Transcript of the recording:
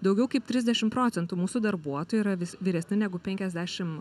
daugiau kaip trisdešim procentų mūsų darbuotojų yra vis vyresni negu penkiasdešim